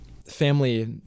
Family